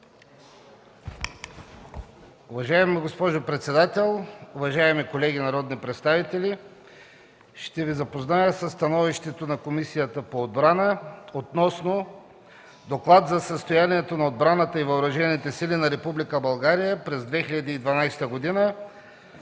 Уважаема госпожо председател, уважаеми колеги народни представители! Ще Ви запозная със становището на Комисията по отбрана относно Доклад за състоянието на отбраната и въоръжените сили на Република България през 2012 г.,